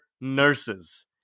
nurses